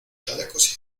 chalecos